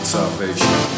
Salvation